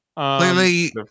Clearly